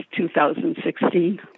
2016